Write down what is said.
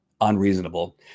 unreasonable